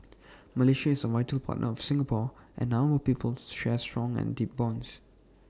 Malaysia is A vital partner of Singapore and our peoples share strong and deep bonds